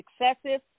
excessive